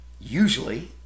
Usually